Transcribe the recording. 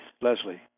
Leslie